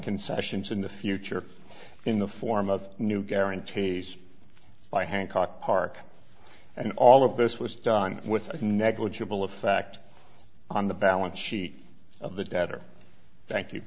concessions in the future in the form of new guarantees by hancock park and all of this was done with a negligible effect on the balance sheet of the debtor